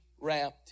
wrapped